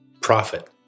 Profit